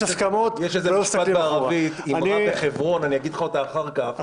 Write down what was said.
יש הסכמות --- יש איזו אמרה בערבית שאגיד לך אחר כך,